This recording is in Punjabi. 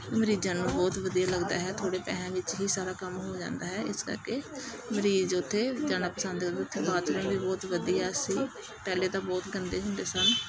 ਮਰੀਜ਼ਾਂ ਨੂੰ ਬਹੁਤ ਵਧੀਆ ਲੱਗਦਾ ਹੈ ਥੋੜ੍ਹੇ ਪੈਸਿਆ ਵਿੱਚ ਹੀ ਸਾਰਾ ਕੰਮ ਹੋ ਜਾਂਦਾ ਹੈ ਇਸ ਕਰਕੇ ਮਰੀਜ਼ ਉੱਥੇ ਜਾਣਾ ਪਸੰਦ ਕਰਦੇ ਉੱਥੇ ਬਾਥਰੂਮ ਵੀ ਬਹੁਤ ਵਧੀਆ ਸੀ ਪਹਿਲਾਂ ਤਾਂ ਬਹੁਤ ਗੰਦੇ ਹੁੰਦੇ ਸਨ